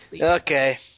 Okay